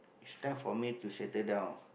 it's time for me to settle down